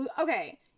Okay